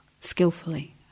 skillfully